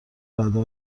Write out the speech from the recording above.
رده